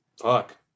fuck